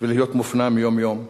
ולהיות מופנמים יום-יום.